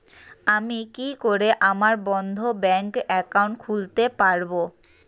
আমি কি করে আমার বন্ধ ব্যাংক একাউন্ট খুলতে পারবো?